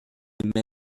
émet